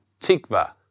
tikva